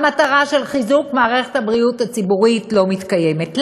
המטרה של חיזוק מערכת הבריאות הציבורית לא מתקיימת.